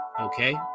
okay